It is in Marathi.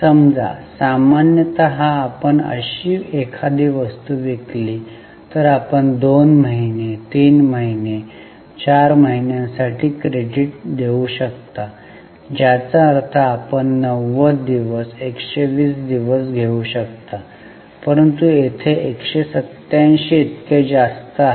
समजा सामान्यतः आपण अशी एखादी वस्तू विकली तर आपण २ महिने 3 महिने 4 महिन्यांसाठी क्रेडिट देऊ शकता ज्याचा अर्थ आपण 90 दिवस किंवा १२० दिवसांसाठी घेऊ शकता परंतु येथे ते 187 इतके जास्त आहे